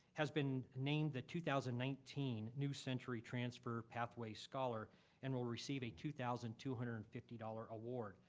has been named the two thousand and nineteen new century transfer pathway scholar and will receive a two thousand two hundred and fifty dollars award.